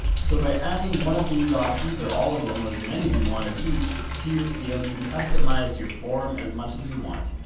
so by adding one of these options, or all of them, or as many as you want of each to your field, you can customize your form as much as you want.